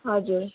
हजुर